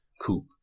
coupe